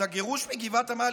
את הגירוש מגבעת עמל,